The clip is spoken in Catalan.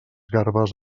garbes